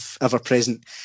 ever-present